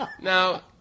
Now